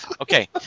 Okay